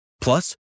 Plus